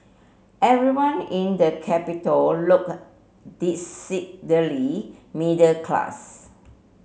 everyone in the capital looked decidedly middle class